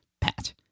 Pat